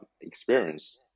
experience